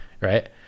Right